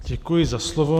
Děkuji za slovo.